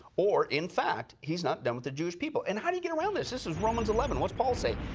or in fact he's not done with the jewish people. and how do you get around this? this is romans eleven, what does paul say?